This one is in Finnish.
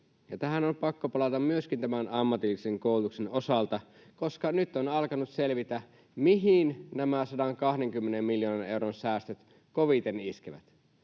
Tähän on pakko palata myöskin tämän ammatillisen koulutuksen osalta, koska nyt on alkanut selvitä, mihin nämä 120 miljoonan euron säästöt koviten iskevät.